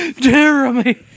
Jeremy